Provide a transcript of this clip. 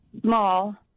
small